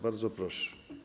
Bardzo proszę.